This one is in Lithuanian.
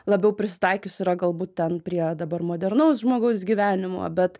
labiau prisitaikius yra galbūt ten prie dabar modernaus žmogaus gyvenimo bet